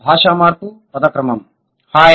భాష మార్పు పద క్రమం హాయ్